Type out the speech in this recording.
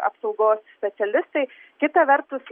apsaugos specialistai kita vertus